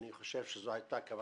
אני חושב שזו הייתה הכוונה